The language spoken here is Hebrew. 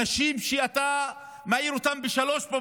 אנשים שאתה מעיר אותם ב-03:00.